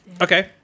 Okay